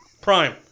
Prime